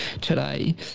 today